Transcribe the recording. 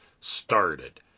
started